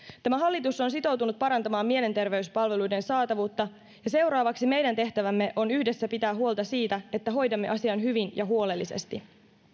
tämä hallitus on sitoutunut parantamaan mielenterveyspalveluiden saatavuutta ja seuraavaksi meidän tehtävämme on yhdessä pitää huolta siitä että hoidamme asian hyvin ja huolellisesti